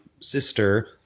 sister